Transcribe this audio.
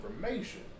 information